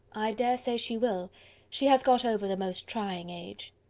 i dare say she will she has got over the most trying age.